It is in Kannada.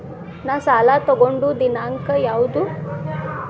ನಾ ಸಾಲ ತಗೊಂಡು ದಿನಾಂಕ ಯಾವುದು?